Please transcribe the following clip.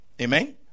amen